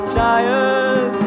tired